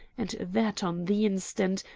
and that, on the instant,